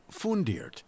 Fundiert